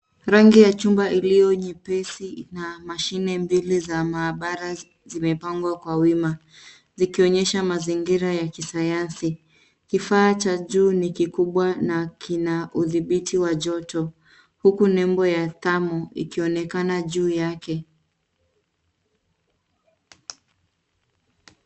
Rangi ya chumba iliyonyepesi na mashine mbili za maabara zimepangwa kwa wima zikionyesha mazingira ya kisayansi. kifaa cha juu ni kikubwa na kina udhibiti wa joto, Huku nembo ya Thermo ikionekana juu yake.